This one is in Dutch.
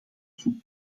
toe